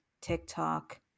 TikTok